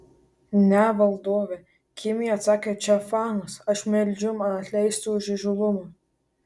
ne valdove kimiai atsakė če fanas aš meldžiu man atleisti už įžūlumą